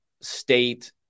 state